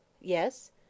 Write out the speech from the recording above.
Yes